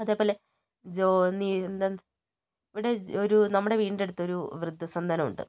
അതേപോലെ ജോ നീ ഇവിടെ ഒരു നമ്മുടെ വീടിൻ്റടുത്തൊരു വൃദ്ധസദനമുണ്ട്